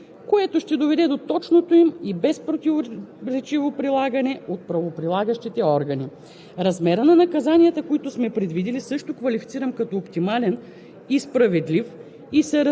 и не на последно място, ще се противодейства на нерегламентирания превоз на пътници по изискуемия начин. Текстовете са ясни и недвусмислени, което ще доведе до точното им и безпротиворечиво